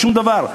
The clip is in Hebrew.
בשום דבר,